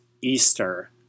Easter